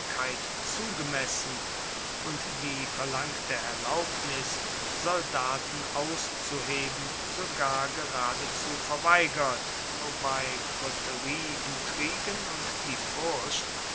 zugemessen und die verlangte erlaubnis soldaten auszuheben sogar geradezu verweigert wobei koterieintrigen und die furcht